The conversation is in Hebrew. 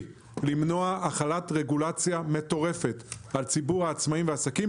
למנוע החלת רגולציה מטורפת על ציבור העצמאים והעסקים,